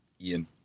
Ian